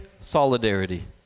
solidarity